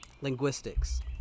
Linguistics